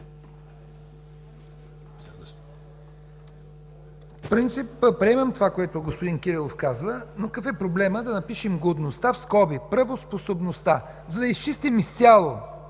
принцип приемам това, което господин Кирилов казва. Но какъв е проблемът да напишем „годността”, в скоби „правоспособността”, за да изчистим изцяло